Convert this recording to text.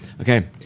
Okay